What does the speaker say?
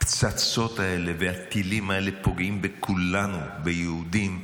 הפצצות האלה והטילים האלה פוגעים בכולנו: ביהודים,